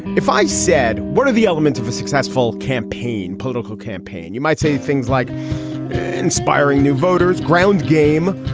if i said what are the elements of a successful campaign, political campaign, you might say things like inspiring new voters ground game,